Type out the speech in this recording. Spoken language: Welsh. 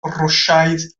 rwsiaidd